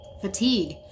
fatigue